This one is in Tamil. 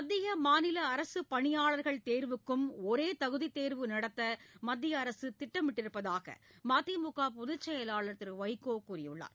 மத்திய மாநில அரசுப் பணியாளர்கள் தேர்வுக்கும் ஒரே தகுதித் தேர்வு நடத்த மத்திய அரசு திட்டமிட்டிருப்பதாக மதிமுக பொதுச் செயலாளர் திரு வைகோ கூறியுள்ளார்